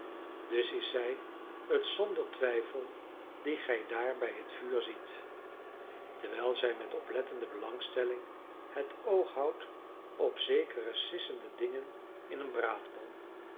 dus is zij het zonder twijfel die gij daar bij het vuur ziet terwijl zij met oplettende belangstelling het oog houdt op zekere sissende dingen in een braadpan